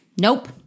nope